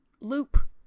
Loop